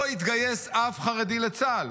לא יתגייס אף חרדי לצה"ל.